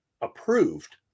approved